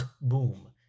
boom